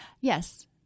yes